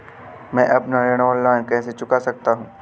मैं अपना ऋण ऑनलाइन कैसे चुका सकता हूँ?